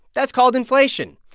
that's called inflation.